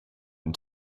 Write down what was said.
and